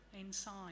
inside